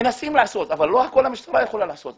מנסים לעשות אבל לא הכול המשטרה יכולה לעשות.